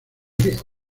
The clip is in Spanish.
griego